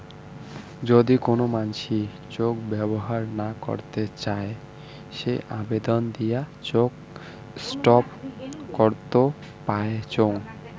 যদি কোন মানসি চেক ব্যবহর না করত চাই সে আবেদন দিয়ে চেক স্টপ করত পাইচুঙ